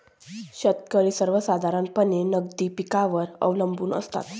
शेतकरी सर्वसाधारणपणे नगदी पिकांवर अवलंबून असतात